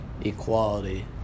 equality